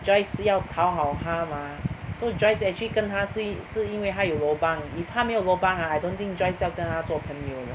Joyce 要讨好她 mah so Joyce actually 跟她是因是因为她有 lobang if 她没有 lobang ah I don't think Joyce 要跟她做朋友